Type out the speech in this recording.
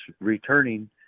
returning